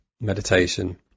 meditation